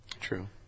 True